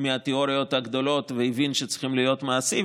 והתיאוריות הגדולות והבין שצריכים להיות מעשיים,